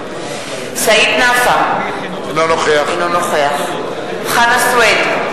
סעיד נפאע, אינו נוכח חנא סוייד,